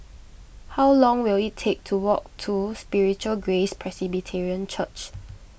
how long will it take to walk to Spiritual Grace Presbyterian Church